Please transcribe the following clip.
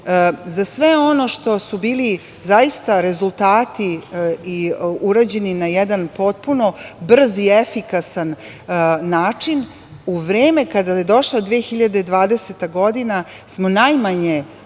za sve ono što su bili zaista rezultati urađeni na jedan potpuno brz i efikasan način, u vreme kada je došla 2020. godina smo najmanje